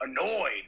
annoyed